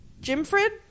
Jimfred